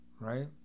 Right